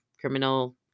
criminal